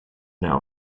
now